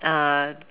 uh